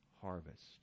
harvest